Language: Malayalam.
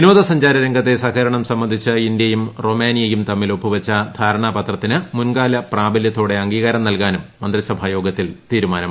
വിനോദസഞ്ചാര രംഗത്തെ സഹകരണം സംബന്ധിച്ച് ഇന്ത്യയും റൊമേനിയയും തമ്മിൽ ഒപ്പു വച്ച ധാരണാപത്രത്തിന് മുൻകാല പ്രാബല്യത്തോടെ അംഗീകാരം നൽകാനും മന്ത്രിസഭാ യോഗത്തിൽ തീരുമാനമായി